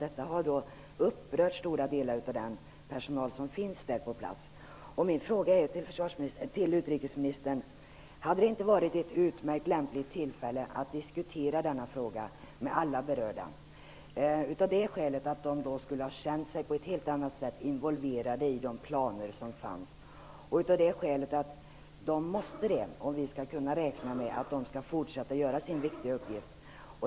Detta har upprört stora delar av den personal som finns på plats. Min fråga till utrikesministern är: Hade det inte varit ett utmärkt och lämpligt tillfälle att diskutera denna fråga med alla berörda? De skulle då på helt annat sätt ha känt sig involverade i de planer som fanns. Det måste de om vi skall kunna räkna med att de skall fortsätta att göra sin viktiga uppgift.